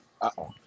Uh-oh